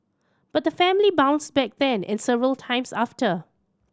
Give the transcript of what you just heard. but the family bounced back then and several times after